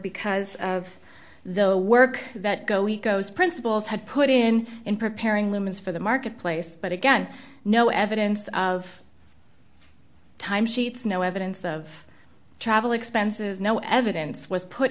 because of the work that go eco's principals had put in in preparing lumens for the marketplace but again no evidence of time sheets no evidence of travel expenses no evidence was put